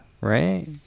right